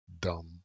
dumb